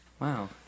Wow